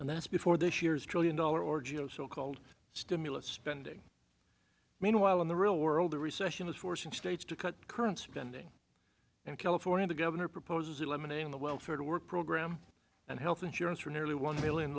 and that's before this year's trillion dollar or geo so called stimulus spending meanwhile in the real world the recession is forcing states to cut current spending in california the governor proposes eliminating the welfare to work program and health insurance for nearly one mil